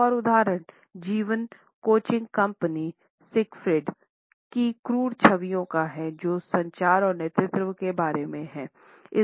एक और उदाहरण जीवन कोचिंग कंपनी सिगफ्रीड की क्रूर छवियों का है जो संचार और नेतृत्व के बारे में है